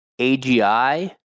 AGI